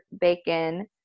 Bacon